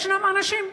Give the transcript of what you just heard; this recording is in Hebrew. יש אנשים,